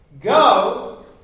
go